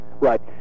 Right